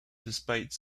despite